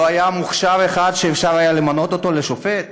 לא היה מוכשר אחד שאפשר היה למנות לשופט?